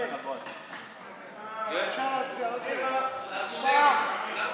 אפשר להצביע, לא צריך.